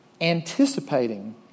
anticipating